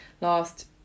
last